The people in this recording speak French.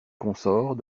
consort